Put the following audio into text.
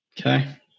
Okay